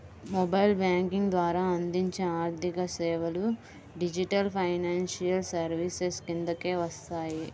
mobile banking ద్వారా అందించే ఆర్థికసేవలు డిజిటల్ ఫైనాన్షియల్ సర్వీసెస్ కిందకే వస్తాయి